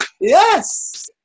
Yes